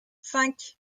cinq